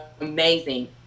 Amazing